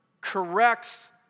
corrects